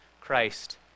Christ